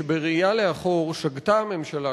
שבראייה לאחור שגתה הממשלה,